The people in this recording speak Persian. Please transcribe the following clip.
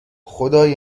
خدای